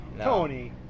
Tony